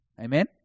Amen